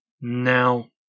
Now